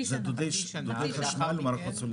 ולאחר מכן?